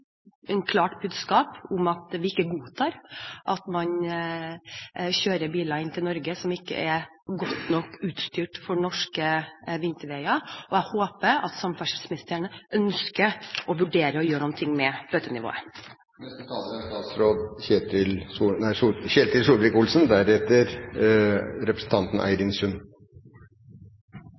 klart budskap om at vi ikke godtar at man kjører bil inn til Norge som ikke er godt nok utstyrt for norske vinterveier. Jeg håper at samferdselsministeren ønsker å vurdere å gjøre noe med bøtenivået. Igjen takk til interpellanten. Det er